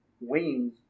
wings